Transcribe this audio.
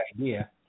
idea